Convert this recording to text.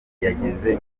yageze